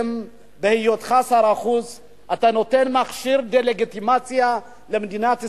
בהיותך שר החוץ אתה נותן מכשיר לדה-לגיטימציה של מדינת ישראל,